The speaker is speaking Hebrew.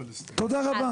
תודה רבה.